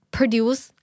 Produce